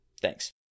Thanks